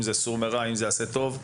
האם זה סור מרע או עשה טוב?